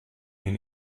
den